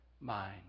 mind